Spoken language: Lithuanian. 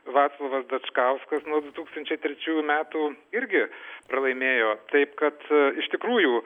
vaclovas dačkauskas nuo du tūkstančiai trečiųjų metų irgi pralaimėjo taip kad iš tikrųjų